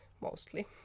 mostly